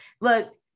Look